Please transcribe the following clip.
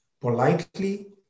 politely